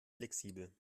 flexibel